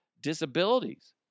disabilities